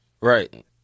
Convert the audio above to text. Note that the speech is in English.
Right